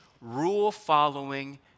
rule-following